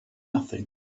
nothing